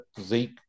Zeke